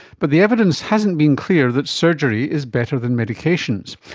but the evidence hasn't been clear that surgery is better than medications,